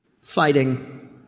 fighting